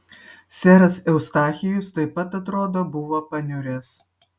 seras eustachijus taip pat atrodo buvo paniuręs